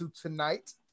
tonight